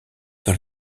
dans